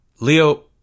leo